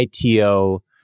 ITO